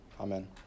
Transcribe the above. Amen